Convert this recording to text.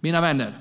Mina vänner!